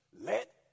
let